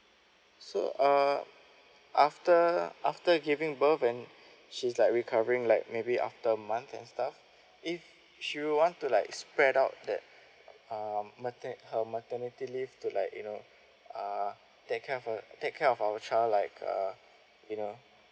so uh after after giving birth and she's like recovering like maybe after month and stuff if she want to like spread out that um mater~ her maternity leave to like you know uh take care of her take care of our child like uh you know